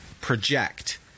project